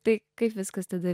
tai kaip viskas tada